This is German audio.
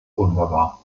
unhörbar